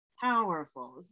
powerful